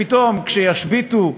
פתאום, כשישביתו,